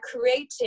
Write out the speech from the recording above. creating